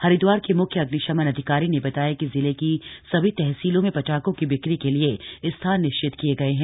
हरिदवार के मुख्य अभ्निशमन अधिकारी ने बताया कि जिले की सभी तहसीलों में पटाखों की बिक्री के लिए स्थान निश्चित किए गए है